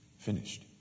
Finished